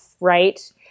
right